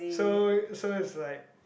so so it's like